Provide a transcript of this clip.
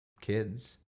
kids